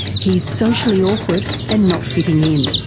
he's socially awkward and not fitting in.